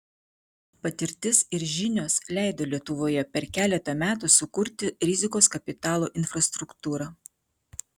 patirtis ir žinios leido lietuvoje per keletą metų sukurti rizikos kapitalo infrastruktūrą